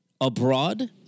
abroad